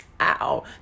Ow